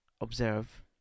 observe